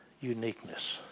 uniqueness